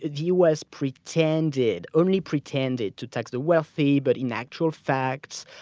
the u. s. pretended, only pretended to tax the wealthy. but in actual facts,